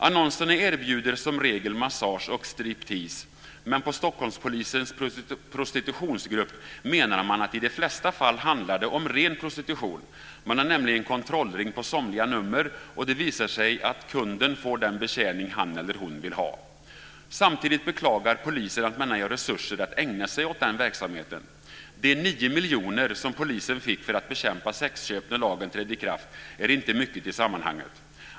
Annonserna erbjuder som regel massage och striptease, men på Stockholmspolisens prostitutionsgrupp menar man att det i de flesta fall handlar om ren prostitution. Man har nämligen kontrollringt somliga nummer, och det visar sig att kunden får den betjäning han eller hon vill ha. Samtidigt beklagar polisen att man ej har resurser att ägna sig åt den verksamheten. De 9 miljoner som polisen fick för att bekämpa sexköp när lagen trädde i kraft är inte mycket i sammanhanget.